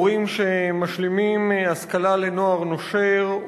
מורים שמשלימים השכלה לנוער נושר,